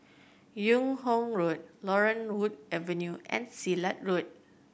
Yung Ho Road Laurel Wood Avenue and Silat Road